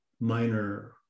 minor